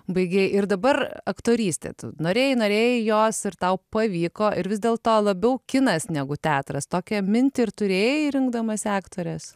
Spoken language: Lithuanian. baigei ir dabar aktorystė tu norėjai norėjai jos ir tau pavyko ir vis dėlto labiau kinas negu teatras tokią mintį ir turėjai rinkdamasi aktorės